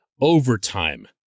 overtime